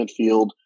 midfield